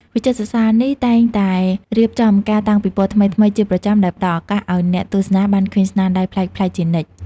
វិចិត្រសាលនេះតែងតែរៀបចំការតាំងពិពណ៌ថ្មីៗជាប្រចាំ ដែលផ្តល់ឱកាសឲ្យអ្នកទស្សនាបានឃើញស្នាដៃប្លែកៗជានិច្ច។